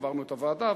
עברנו את הוועדה,